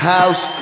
House